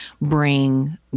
bring